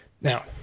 now